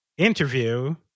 interview